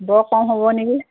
বৰ কম হ'ব নেকি